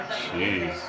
jeez